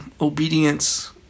Obedience